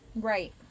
Right